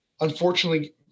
unfortunately